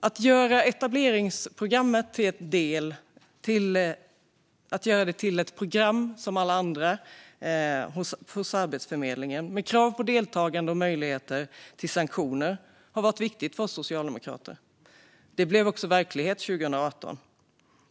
Att göra etableringsprogrammet till ett program bland andra på Arbetsförmedlingen, med krav på deltagande och möjlighet till sanktioner, har varit viktigt för oss socialdemokrater, och det blev verklighet 2018.